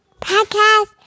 Podcast